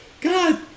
God